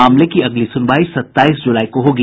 मामले की अगली सुनवाई सताईस जुलाई को होगी